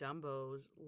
Dumbo's